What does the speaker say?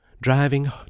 driving